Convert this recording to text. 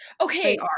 okay